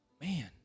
Man